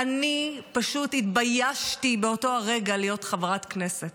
באותו הרגע אני פשוט התביישתי להיות חברת כנסת.